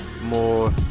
more